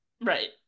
Right